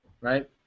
right